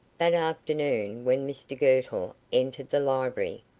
that afternoon, when mr girtle entered the library,